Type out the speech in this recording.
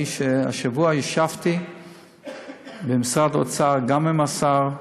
שהשבוע ישבתי במשרד האוצר גם עם השר,